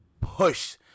push